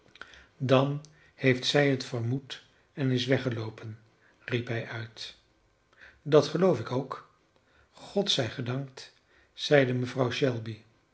dan heeft zij het vermoed en is weggeloopen riep hij uit dat geloof ik ook god zij gedankt zeide mevrouw shelby